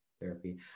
therapy